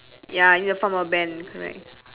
ya you need to form a band correct